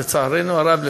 לצערנו הרב,